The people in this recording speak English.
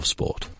Sport